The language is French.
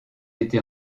été